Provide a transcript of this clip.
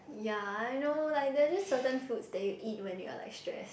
ya I know like there just certain food that you eat when you are like stress